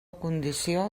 condició